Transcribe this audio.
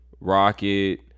Rocket